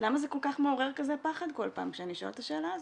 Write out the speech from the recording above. למה זה כל כך מעורר כזה פחד כל פעם שאני שואלת את השאלה הזאת?